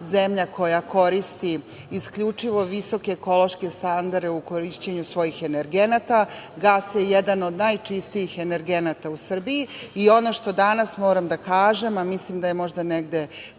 zemlja koja koristi isključivo visoke ekološke standarde u korišćenju svojih energenata. Gas je jedan od najčistijih energenata u Srbiji. Ono što danas moram da kažem, a mislim da je negde